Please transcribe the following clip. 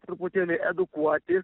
truputėlį edukuoti